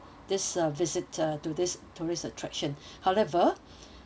this uh visit uh to this tourist attraction however